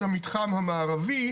המתחם המערבי,